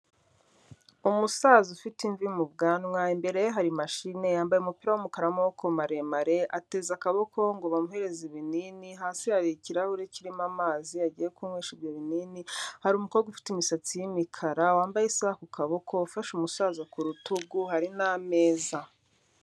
Umusaza ufite imvi mu bwanwa, imbere ye hari machine yambaye umupira w'umukara w'amaboko maremare, ateze akaboko ngo bamuhereze ibinini, hasi hari ikirahure kirimo amazi agiye kunywesha ibyo binini, hari umukobwa ufite imisatsi y'imikara, wambaye isaha ku kaboko ufashe umusaza ku rutugu, hari n'ameza.